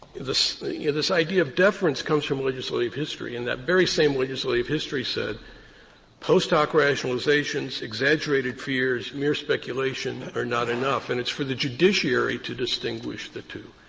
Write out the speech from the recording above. this yeah this idea of deference comes from legislative history, and that very same legislative history said post hoc rationalizations, exaggerated fears, mere speculation are not enough. and it's for the judiciary to distinguish the two.